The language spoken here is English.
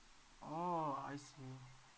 oh I see